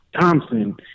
Thompson